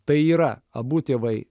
tai yra abu tėvai